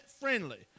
friendly